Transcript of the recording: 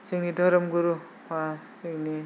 जोंनि धोरोमगुरु बा जोंनि